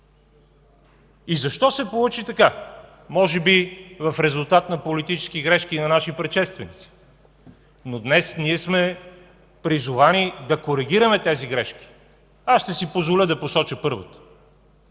И защо се получи така? Може би в резултат на политически грешки на наши предшественици, но днес ние сме призовани да коригираме тези грешки. Аз ще си позволя да посоча първата.